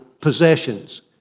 possessions